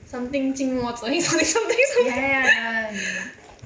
something 近墨者 something something something